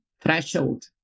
threshold